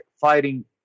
fighting